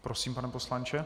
Prosím, pane poslanče.